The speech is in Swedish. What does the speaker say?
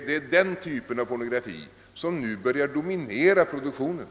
Det är den typen av pornografi som nu börjar dominera produktionen.